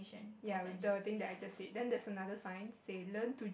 ya with the thing I just said then there's another sign say learn to